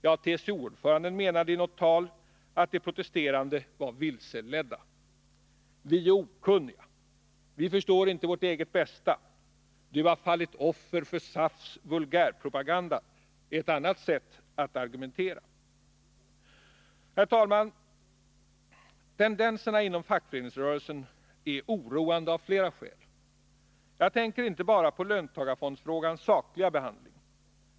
Ja, TCO-ordföranden menade i något tal att de protesterande var ”vilseledda”. Vi är okunniga. Vi förstår inte vårt eget bästa. ”Du har fallit offer för SAF:s vulgärpropaganda” är ett annat sätt att argumentera. Herr talman! Tendenserna inom fackföreningsrörelsen är oroande av flera skäl. Jag tänker inte bara på löntagarfondsfrågans sakliga behandling.